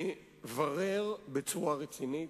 בצורה רצינית.